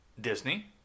Disney